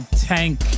Tank